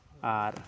ᱟᱨ